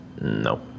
no